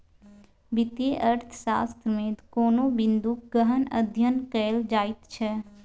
वित्तीय अर्थशास्त्रमे कोनो बिंदूक गहन अध्ययन कएल जाइत छै